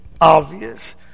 obvious